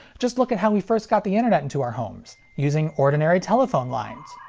just look at how we first got the internet into our homes using ordinary telephone lines!